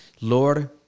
Lord